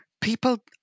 people